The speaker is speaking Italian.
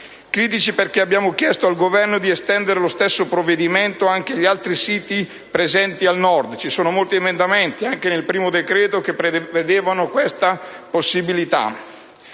‑ e perché abbiamo chiesto al Governo di estendere lo stesso provvedimento anche agli altri siti presenti al Nord. Ci sono molti emendamenti, presentati anche al primo decreto, che prevedevano questa possibilità.